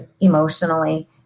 emotionally